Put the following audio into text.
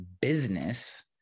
business